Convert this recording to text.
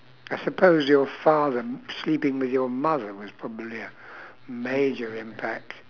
I suppose your father sleeping with your mother was probably a major impact